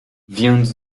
więc